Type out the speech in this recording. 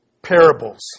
Parables